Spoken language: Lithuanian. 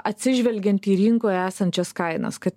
atsižvelgiant į rinkoje esančias kainas kad